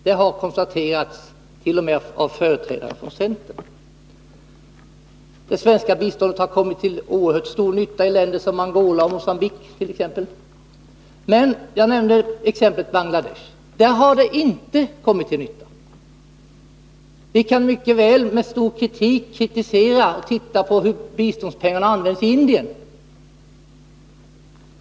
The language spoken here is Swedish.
Det har konstaterats t.o.m. av företrädare för centern. Det svenska biståndet har kommit till oerhört stor nytta i länder som Angola och Mogambique. Men it.ex. Bangladesh har det inte kommit till nytta. Vi kan mycket väl starkt kritisera hur biståndspengarna har använts i Indien.